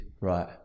Right